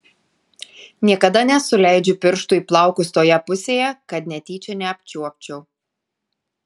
niekada nesuleidžiu pirštų į plaukus toje pusėje kad netyčia neapčiuopčiau